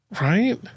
Right